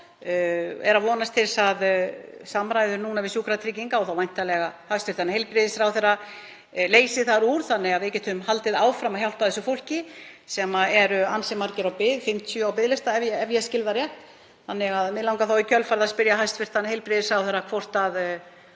er að vonast til að samræður við Sjúkratryggingar og þá væntanlega hæstv. heilbrigðisráðherra leysi þar úr þannig að við getum haldið áfram að hjálpa þessu fólki. Það eru ansi margir á bið, 50 á biðlista ef ég skil það rétt. Mig langar í kjölfarið að spyrja hæstv. heilbrigðisráðherra hvort það